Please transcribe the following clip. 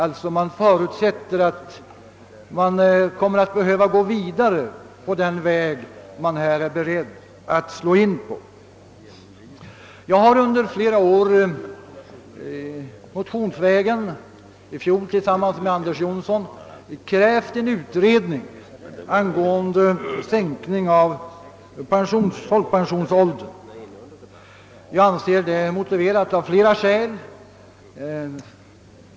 Utskottet förutsätter alltså att man kommer att behöva gå vidare på den väg man nu är beredd att slå in Jag har under flera år — i fjol motionsvägen tillsammans med Anders Jonsson — krävt en utredning angåen de sänkning av folkpensionsåldern, något som jag anser vore motiverat av flera skäl.